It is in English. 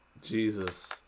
Jesus